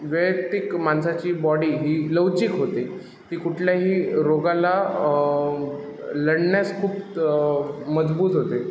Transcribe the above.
वैयक्तिक माणसाची बॉडी ही लवचिक होते ती कुठल्याही रोगाला लढण्यास खूप मजबूत होते